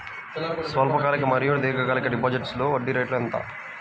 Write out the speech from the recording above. స్వల్పకాలిక మరియు దీర్ఘకాలిక డిపోజిట్స్లో వడ్డీ రేటు ఎంత?